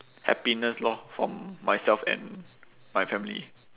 happiness lor for myself and my family